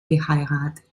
geheiratet